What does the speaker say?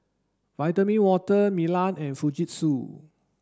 Vitamin Water Milan and Fujitsu